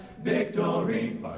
victory